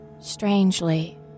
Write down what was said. Strangely